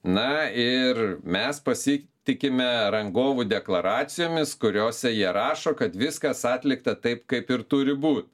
na ir mes pasitikime rangovų deklaracijomis kuriose jie rašo kad viskas atlikta taip kaip ir turi būt